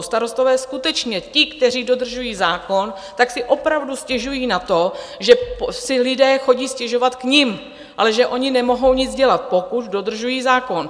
Starostové, skutečně ti, kteří dodržují zákon, si opravdu stěžují na to, že si lidé chodí stěžovat k nim, ale že oni nemohou nic dělat, pokud dodržují zákon.